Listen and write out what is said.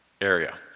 area